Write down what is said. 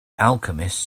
alchemist